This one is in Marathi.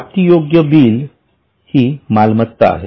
प्राप्ति योग्य बिल हि मालमत्ता आहे